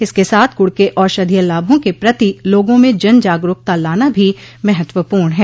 इसके साथ गुड़ के औषधीय लाभों के प्रति लोगों में जन जागरूकता लाना भी महत्वपूर्ण है